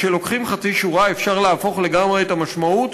כשלוקחים חצי שורה אפשר להפוך לגמרי את המשמעות